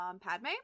Padme